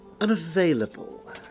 unavailable